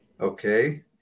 Okay